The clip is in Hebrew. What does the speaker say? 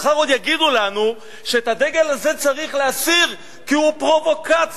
מחר עוד יגידו לנו שאת הדגל הזה צריך להסיר כי הוא פרובוקציה.